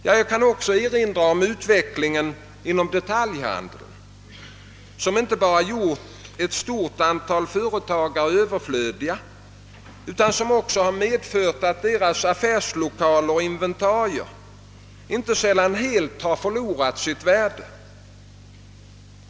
Jag kan också erinra om utvecklingen inom detaljhandeln som inte bara gjort ett stort antal företagare överflödiga utan också medfört att deras affärslokaler och inventarier inte sällan helt förlorat sitt värde.